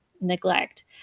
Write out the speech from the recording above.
neglect